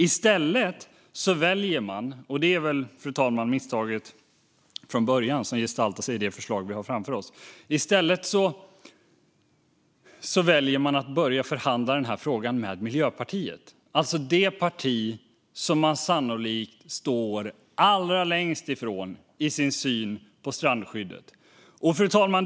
I stället väljer man - och det är väl misstaget från början, fru talman, som gestaltar sig i det förslag som vi har framför oss - att börja förhandla den här frågan med Miljöpartiet. Det är det parti som man sannolikt står allra längst ifrån i sin syn på strandskyddet. Fru talman!